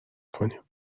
کنیم